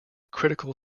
critical